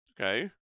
Okay